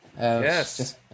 Yes